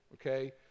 okay